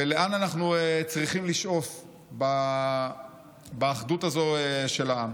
ולאן אנחנו צריכים לשאוף באחדות הזאת של העם.